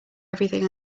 everything